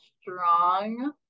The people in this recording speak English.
strong